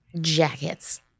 Jackets